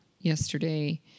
yesterday